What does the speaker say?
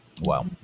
Wow